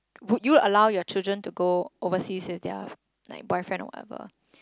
would you allow your children to go overseas with their like boyfriend or whatever